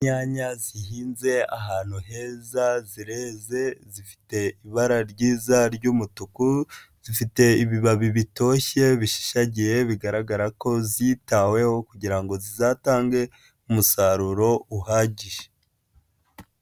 Inyanya zihinze ahantu heza, zireze zifite ibara ryiza ry'umutuku. Zifite ibibabi bitoshye bishishagiye bigaragara ko zitaweho kugira ngo zizatange umusaruro uhagije.